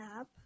app